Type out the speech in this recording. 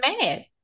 mad